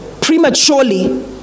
prematurely